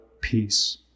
peace